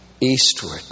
eastward